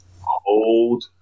Hold